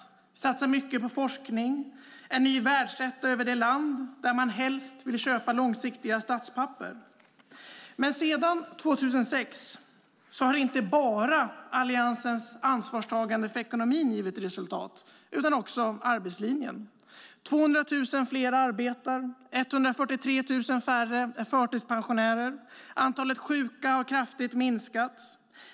Vi satsar mycket på forskning. Vi är ny världsetta som det land där man helst vill köpa långsiktiga statspapper. Men sedan 2006 har inte bara Alliansens ansvarstagande för ekonomin givit resultat, utan också arbetslinjen. 200 000 fler arbetar. 143 000 färre är förtidspensionärer. Antalet sjuka har kraftigt minskat.